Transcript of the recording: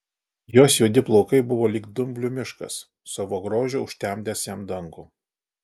jos juodi plaukai buvo lyg dumblių miškas savo grožiu užtemdęs jam dangų